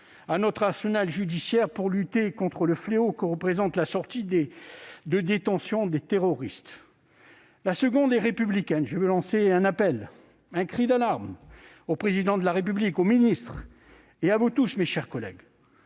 à notre arsenal judiciaire pour lutter contre le fléau que représente la sortie de détention des terroristes. La seconde est républicaine. Je veux lancer un appel, un cri d'alarme au Président de la République, aux ministres et à vous tous, mes chers collègues.